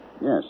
Yes